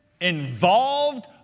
involved